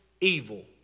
evil